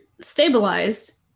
stabilized